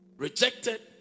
rejected